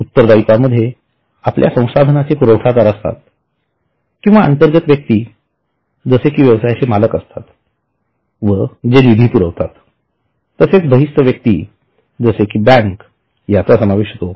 उत्तरदायित्वामध्ये आपल्या संसाधनांचे पुरवठादार असतात किंवा अंतर्गत व्यक्ती जसे कि व्यवसायाचे मालक असतात व जे निधी पुरवितात तसेच बहिस्त व्यक्तीं जसे कि बँक यांचा समावेश होतो